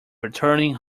returning